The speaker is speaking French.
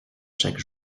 chaque